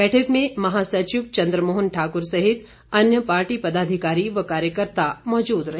बैठक में महासचिव चंद्रमोहन ठाकुर सहित अन्य पार्टी पदाधिकारी व कार्यकर्ता मौजूद रहे